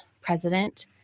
president